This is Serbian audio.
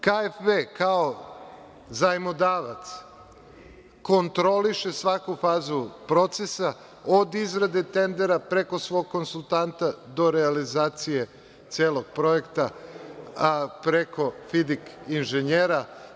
KWF kao zajmodavac kontroliše svaku fazu procesa, od izrade tendera, preko svog konsultanta do realizacije celog projekta, a preko „Fidik inženjera“